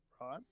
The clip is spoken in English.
right